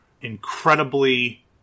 incredibly